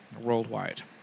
worldwide